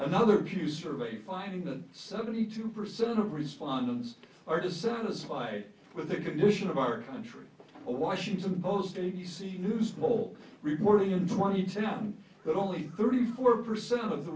another pew survey finding that seventy two percent of respondents are dissatisfied with the condition of our country a washington post a b c news poll reporting in twenty seven but only thirty four percent of the